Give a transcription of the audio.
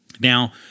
Now